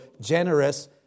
generous